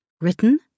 Written